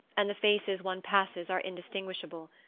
and the faces one passes are indistinguishable.